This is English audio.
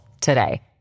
today